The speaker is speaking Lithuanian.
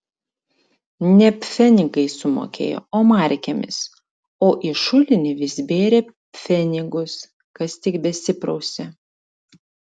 ne pfenigais sumokėjo o markėmis o į šulinį vis bėrė pfenigus kas tik besiprausė